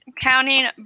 counting